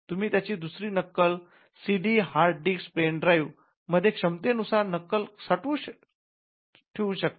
तुम्ही त्याची दुसरी नक्कल CD hard disk pen drive मध्ये क्षमतेनुसार नक्कल साठवून ठेऊ शकता